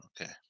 Okay